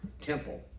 temple